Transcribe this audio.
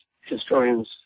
historians